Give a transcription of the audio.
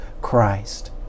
Christ